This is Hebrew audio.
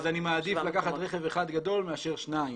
אז אני מעדיף לקחת רכב אחד גדול מאשר שניים,